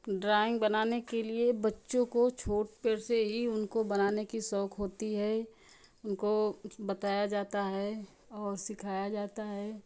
drawing बनाने के लिए बच्चों को छोट पर से ही उनको बनाने की शौक़ होती है उनको बताया जाता है और सिखाया जाता है